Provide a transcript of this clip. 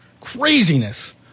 Craziness